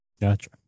gotcha